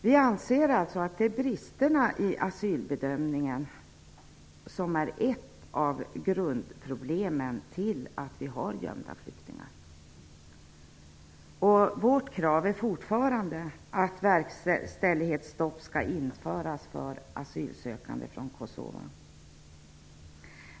Vi anser att bristerna i bedömningen av asylskälen är ett av grundproblemen som gör att vi har gömda flyktingar. Vårt krav är fortfarande att verkställighetsstopp skall införas för asylsökande från Kosova.